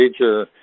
major